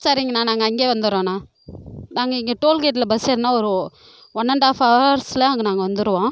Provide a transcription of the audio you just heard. சரிங்ணா நாங்கள் அங்கயே வந்திர்றோண்ணா நாங்கள் இங்கே டோல்கேட்டில் பஸ் ஏறுனா ஒரு ஒன் அண்ட் ஹால்ஃப்ஹவர்ஸில் அங்கே நாங்கள் வந்துடுவோம்